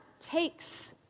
takes